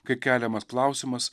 kai keliamas klausimas